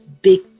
big